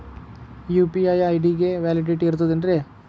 UPI ID ಗೆ validity ಇರತದ ಏನ್ರಿ?